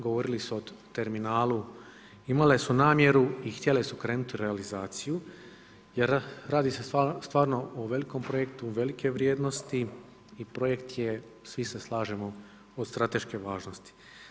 Govorili su o terminalu, imale su namjeru i htjele su krenuti u realizaciju jer radi se stvarno o velikom projektu, velike vrijednosti i projekt je, svi se slažemo od strateške važnosti.